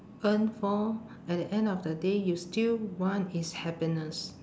earn for at the end of the day you still want is happiness